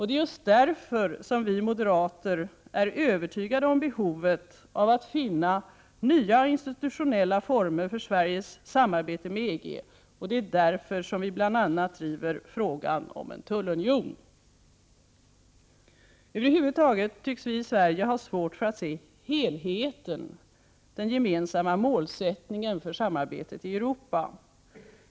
Det är just därför att vi moderater är övertygade om behovet av att finna nya institutionella former för Sveriges samarbete med EG som vi driver frågan om en tullunion. Över huvud taget tycks vi i Sverige ha svårt för att se helheten — den gemensamma målsättningen — för samarbetet i Europa.